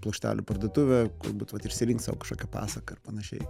plokštelių parduotuvę galbūt išsirink sau kažkokią pasaką ar panašiai